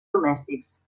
domèstics